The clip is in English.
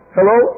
Hello